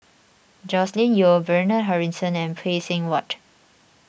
Joscelin Yeo Bernard Harrison and Phay Seng Whatt